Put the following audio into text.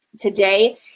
today